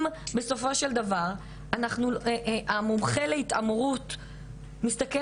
אם בסופו של דבר המומחה להתעמרות מסתכל